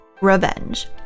revenge